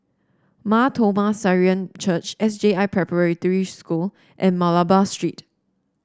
Mar Thoma Syrian Church S J I Preparatory School and Malabar Street